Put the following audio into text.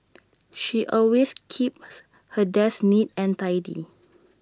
she always keeps her desk neat and tidy